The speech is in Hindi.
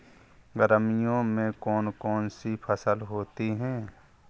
गर्मियों में कौन कौन सी फसल होती है?